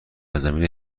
زمینه